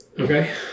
Okay